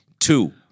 Two